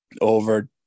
over